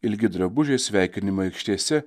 ilgi drabužiai sveikinimai aikštėse